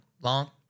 Long